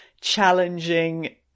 challenging